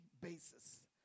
basis